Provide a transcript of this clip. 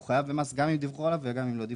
הוא חייב במס גם אם דיווחו עליו וגם אם לא.